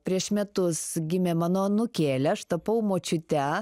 prieš metus gimė mano anūkėlė aš tapau močiute